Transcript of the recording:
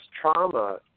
trauma